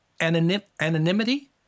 anonymity